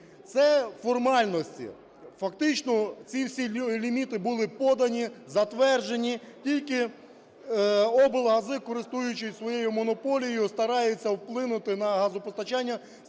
Це формальності. Фактично ці всі ліміти були подані, затверджені, тільки облгази, користуючись своєю монополією, стараються вплинути на газопостачання,